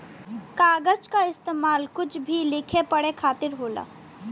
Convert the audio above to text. कागज के इस्तेमाल कुछ भी लिखे पढ़े खातिर होला